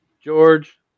George